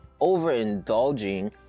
Overindulging